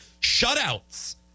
Shutouts